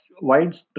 wide